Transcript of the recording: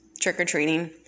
trick-or-treating